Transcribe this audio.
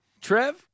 trev